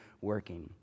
working